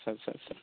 आच्चा आच्चा